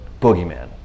boogeyman